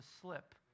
slip